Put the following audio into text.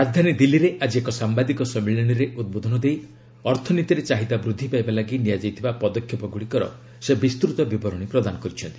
ରାଜଧାନୀ ଦିଲ୍ଲୀରେ ଆଜି ଏକ ସାମ୍ବାଦିକ ସମ୍ମିଳନୀରେ ଉଦ୍ବୋଧନ ଦେଇ ଅର୍ଥନୀତିରେ ଚାହିଦା ବୃଦ୍ଧି ପାଇବା ଲାଗି ନିଆଯାଇଥିବା ପଦକ୍ଷେପଗୁଡ଼ିକର ସେ ବିସ୍ତୃତ ବିବରଣୀ ପ୍ରଦାନ କରିଛନ୍ତି